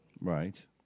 Right